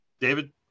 David